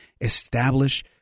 establish